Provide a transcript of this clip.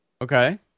Okay